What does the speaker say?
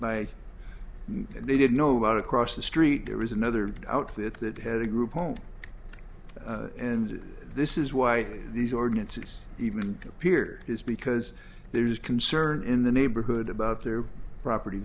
by they didn't know about across the street there is another outfit that had a group home and this is why these ordinances even appeared is because there's concern in the neighborhood about their property